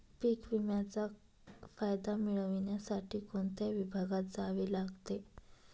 पीक विम्याचा फायदा मिळविण्यासाठी कोणत्या विभागात जावे लागते?